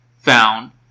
found